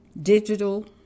digital